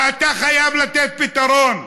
ואתה חייב לתת פתרון.